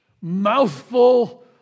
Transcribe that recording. mouthful